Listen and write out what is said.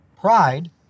Pride